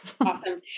Awesome